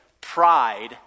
pride